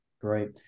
Great